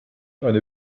eine